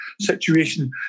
situation